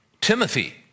Timothy